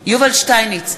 יובל שטייניץ,